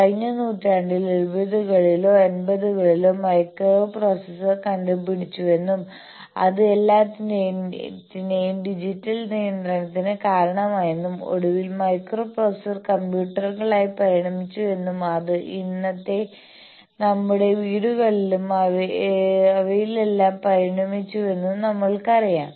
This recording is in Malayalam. കഴിഞ്ഞ നൂറ്റാണ്ടിൽ എഴുപതുകളിലോ എൺപതുകളിലോ മൈക്രോ പ്രോസസർ കണ്ടുപിടിച്ചുവെന്നും അത് എല്ലാറ്റിന്റെയും ഡിജിറ്റൽ നിയന്ത്രണത്തിന് കാരണമായെന്നും ഒടുവിൽ മൈക്രോപ്രൊസസർ കമ്പ്യൂട്ടറുകളായി പരിണമിച്ചുവെന്നും അത് ഇന്നത്തെ നമ്മുടെ വീടുകളിലും അവയിലെല്ലാം പരിണമിച്ചുവെന്നും നിങ്ങൾക്കറിയാം